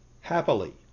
happily